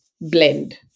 blend